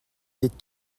est